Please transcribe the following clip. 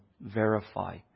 verify